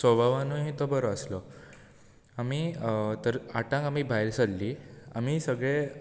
स्वभावानूय तो बरो आसलो आमी तर आठांक आमी भायर सरलीं आमी सगळे